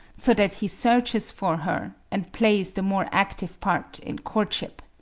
so that he searches for her, and plays the more active part in courtship.